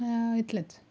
या इतलेंच